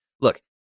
look